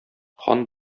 хан